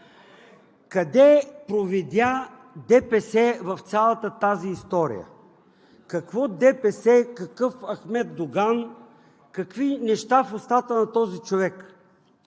Къде провидя ДПС в цялата тази история?! Какво ДПС, какъв Ахмед Доган, какви неща в устата на този човек?!